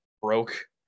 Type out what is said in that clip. broke